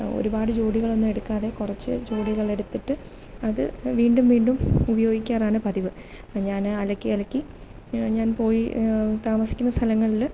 ഒരുപാട് ജോഡികളൊന്നും എടുക്കാതെ കുറച്ചു ജോഡികളെടുത്തിട്ട് അതു വീണ്ടും വീണ്ടും ഉപയോഗിക്കാറാണ് പതിവ് ഞാൻ അലക്കിയലക്കി ഞാൻ പോയി താമസിക്കുന്ന സ്ഥലങ്ങളിൽ